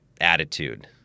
attitude